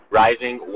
rising